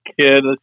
kid